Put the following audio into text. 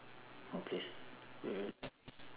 what place